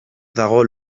dago